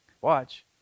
Watch